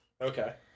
Okay